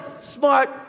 smart